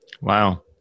Wow